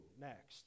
next